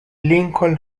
lincoln